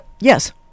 yes